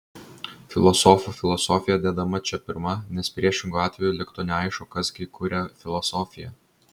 filosofų filosofija dedama čia pirma nes priešingu atveju liktų neaišku kas gi kuria filosofiją